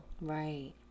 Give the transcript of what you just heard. Right